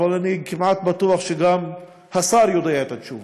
אבל אני כמעט בטוח שגם השר יודע את התשובה.